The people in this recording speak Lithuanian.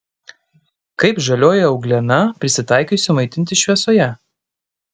kaip žalioji euglena prisitaikiusi maitintis šviesoje